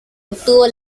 obtuvo